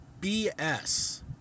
BS